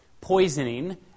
poisoning